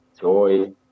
joy